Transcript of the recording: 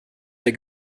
der